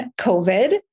COVID